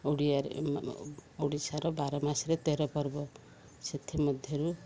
ଓଡ଼ିଆରେ ଓଡ଼ିଶାର ବାର ମାସରେ ତେର ପର୍ବ ସେଥିମଧ୍ୟରୁ